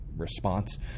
response